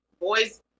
boys